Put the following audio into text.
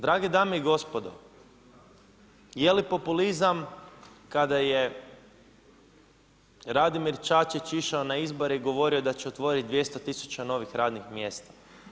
Drage dame i gospodo, jeli populizam kada je Radimir Čačić išao na izbore i govorio da će otvoriti 200 tisuća novih radnih mjesta?